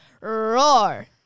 Roar